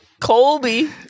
Colby